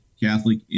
Catholic